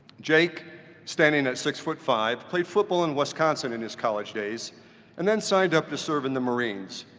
jake standing at six foot five played football in wisconsin in his college days and then signed up to serve in the marines.